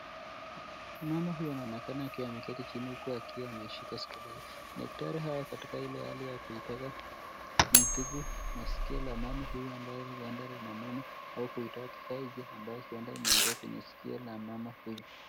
Mama huyu anaonekana akiwa ameketi chini huku akiwa ameshika hospitali. Dakatari hawa wako katika ile halia ya kuitaka kumtibu maskio la mama huyu ambaye huenda linamuuma au kuitoa kifaa hiki ambao imeingia kwenye sikio la mama huyo.